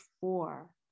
four